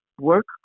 work